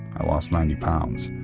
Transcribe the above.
i lost ninety pounds,